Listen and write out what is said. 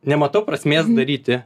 nematau prasmės daryti